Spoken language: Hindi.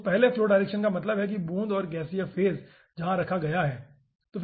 तो पहले फ्लो डायरेक्शन का मतलब है कि बूंद और गैसीय फेज जहाँ रखा गया है ठीक है